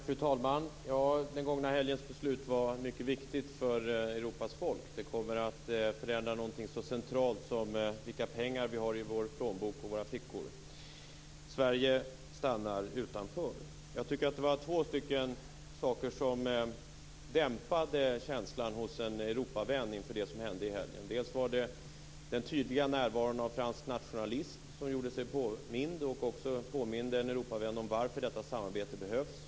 Fru talman! Den gångna helgens beslut var mycket viktigt för Europas folk. Det kommer att förändra något så centralt som vilka pengar vi har i vår plånbok och i våra fickor. Sverige stannar alltså utanför. Jag menar att det var två saker som dämpade känslan hos en Europavän inför det som hände i helgen. Det första var den tydliga närvaron av fransk nationalism som gjorde sig påmind och som påminde en Europavän om varför detta samarbete behövs.